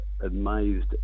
amazed